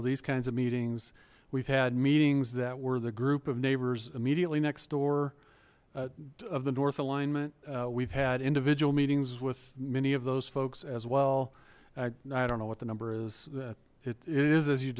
of these kinds of meetings we've had meetings that were the group of neighbors immediately next door of the north alignment we've had individual meetings with many of those folks as well i don't know what the number is it is as you